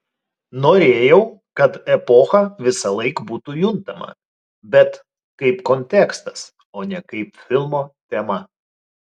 norėjau kad epocha visąlaik būtų juntama bet kaip kontekstas o ne kaip filmo tema